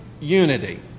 unity